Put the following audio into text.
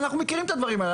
אנחנו מכירים את הדברים האלה,